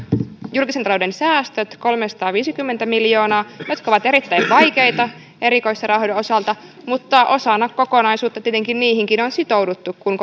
julkisen talouden säästöt kolmesataaviisikymmentä miljoonaa jotka ovat erittäin vaikeita erikoissairaanhoidon osalta mutta osana kokonaisuutta tietenkin niihinkin on sitouduttu kun